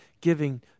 giving